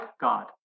God